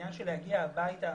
העניין של להגיע הביתה